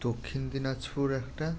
দক্ষিণ দিনাজপুর একটা